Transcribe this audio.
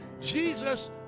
Jesus